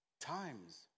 times